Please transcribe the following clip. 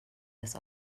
des